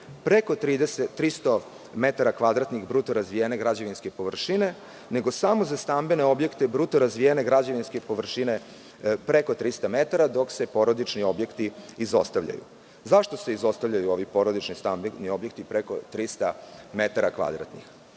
preko 300 metara kvadratnih bruto razvijene građevinske površine, nego samo za stambene objekte bruto razvijene građevinske površine preko 300 metara, dok se porodični objekti izostavljaju? Zašto se izostavljaju ovi porodični stambeni objekti preko 300 metara kvadratnih?